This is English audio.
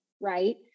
right